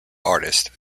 artist